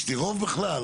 יש לי רוב בכלל?